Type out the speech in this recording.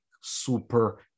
super